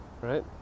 right